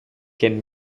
can